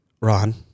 Ron